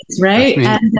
right